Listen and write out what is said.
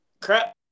crap